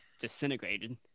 Disintegrated